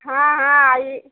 हाँ हाँ आई